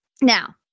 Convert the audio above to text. Now